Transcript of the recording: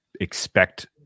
expect